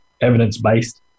evidence-based